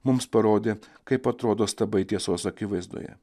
mums parodė kaip atrodo stabai tiesos akivaizdoje